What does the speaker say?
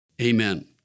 Amen